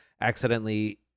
accidentally